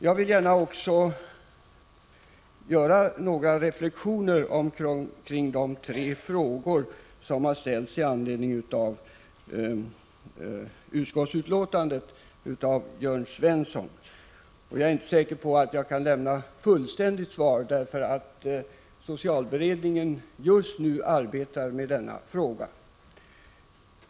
Jag vill också gärna göra några reflexioner kring de tre frågor som Jörn Svensson ställde med anledning av utskottsbetänkandet. Jag är inte säker på att jag kan lämna ett fullständigt svar, eftersom socialberedningen just nu arbetar med frågan om tvångsvård.